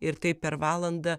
ir taip per valandą